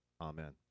Amen